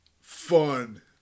Fun